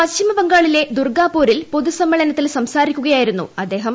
പശ്ചിമ ബംഗാളിലെ ദുർഗാ പൂരിൽ പൊതു സമ്മേളനത്തിൽ സംസാരിക്കുകയായിരുന്നു അദ്ദേഹം